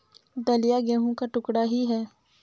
दलिया गेहूं का टुकड़ा ही है